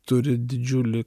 turi didžiulį